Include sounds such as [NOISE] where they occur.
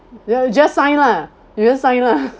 you just sign lah you just sign lah [LAUGHS]